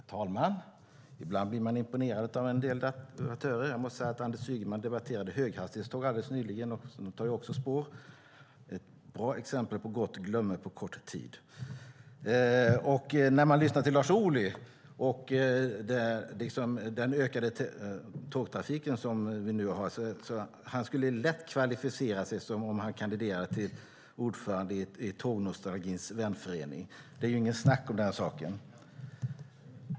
Herr talman! Ibland blir man imponerad av en del debattörer. Anders Ygeman debatterade höghastighetståg alldeles nyligen, och de kräver också spår. Det var ett bra exempel på gott glömme på kort tid. När man lyssnar till Lars Ohly och hör vad han säger om den ökade tågtrafik som vi nu har märker man att han lätt skulle kvalificera sig som en kandidat till ordförandeskapet i tågnostalgins vänförening. Det är inget snack om den saken.